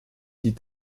die